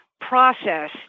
process